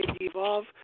evolve